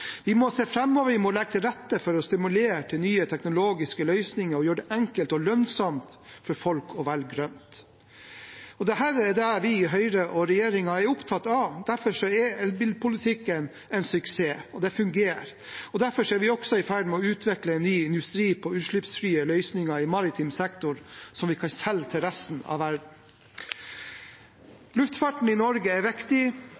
Vi må se framover, vi må legge til rette for å stimulere til nye teknologiske løsninger og gjøre det enkelt og lønnsomt for folk å velge grønt. Dette er vi i Høyre og regjeringen opptatt av. Derfor er elbilpolitikken en suksess og fungerer, og derfor er vi også i ferd med å utvikle en ny industri på utslippsfrie løsninger i maritim sektor som vi kan selge til resten av verden. Luftfarten i Norge er viktig,